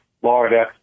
Florida